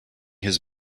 his